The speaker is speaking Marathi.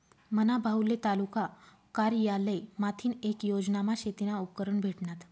मना भाऊले तालुका कारयालय माथीन येक योजनामा शेतीना उपकरणं भेटनात